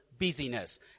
busyness